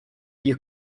you